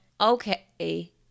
okay